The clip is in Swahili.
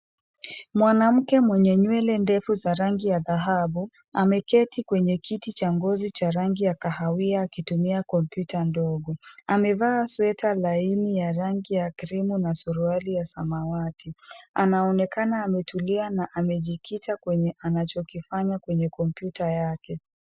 Mwanamke mwenye nywele ndefu za rangi ya dhahabu, ameketi kwenye kiti cha ngozi cha rangi ya kahawia akitumia kompyuta ndogo. Amevaa sweta laini ya rangi ya krimu na suruali ya samawati. Anaonekana ametulia na amejikita kwenye anachokifanya kwenye kompyuta yake.